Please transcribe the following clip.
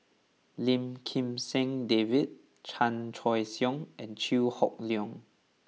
Lim Kim San David Chan Choy Siong and Chew Hock Leong